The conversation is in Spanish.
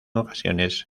ocasiones